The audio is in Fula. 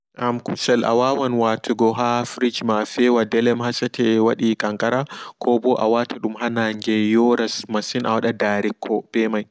Am kusel awawan watugo ha fridgema fewa dele har sete wadi kankara koɓo awata dum ha naange yora ha nange masin awada daariko ɓemai.